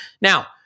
Now